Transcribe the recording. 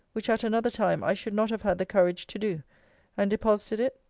which at another time i should not have had the courage to do and deposited it,